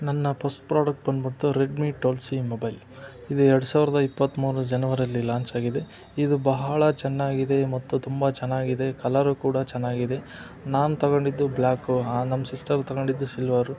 ನನ್ನ first product ಬಂದುಬಿಟ್ಟು Redmi twelve C mobile ಇದು ಎರಡು ಸಾವಿರದ ಇಪ್ಪತ್ಮೂರು ಜನವರೀಲಿ ಲಾಂಚ್ ಆಗಿದೆ ಇದು ಬಹಳ ಚೆನ್ನಾಗಿದೆ ಮತ್ತು ತುಂಬ ಚೆನ್ನಾಗಿದೆ ಕಲರು ಕೂಡ ಚೆನ್ನಾಗಿದೆ ನಾನು ತಗೊಂಡಿದ್ದು ಬ್ಲ್ಯಾಕು ನಮ್ಮ ಸಿಸ್ಟರ್ ತಗೊಂಡಿದ್ದು ಸಿಲ್ವರು